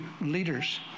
leaders